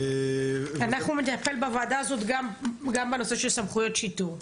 אנחנו נטפל בוועדה הזאת גם בנושא של סמכויות שיטור.